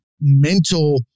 mental